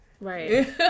Right